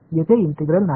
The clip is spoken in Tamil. மாணவர் இன்டெக்ரால் இல்லை